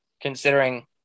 considering